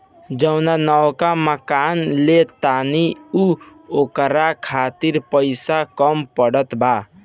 जवन नवका मकान ले तानी न ओकरा खातिर पइसा कम पड़त बा